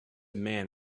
man